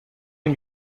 une